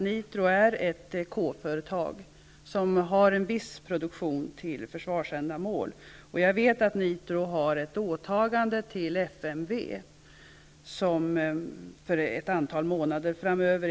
Nitro är ett företag som har en viss produktion för försvarsändamål. Jag vet att Nitro har ett åtagande till FMV för ett antal månader framöver.